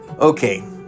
Okay